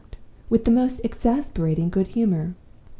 with the most exasperating good humor.